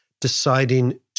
deciding